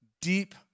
deep